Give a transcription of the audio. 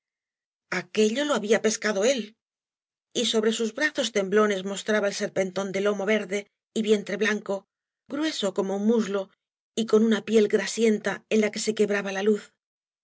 aquello lo había pescado él y sobre sus brazos temblones mostraba el serpentón de lomo verde y vientre blanco grueso como un muslo y con una piel grasicnta en la que se quebraba la luz